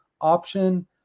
option